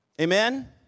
Amen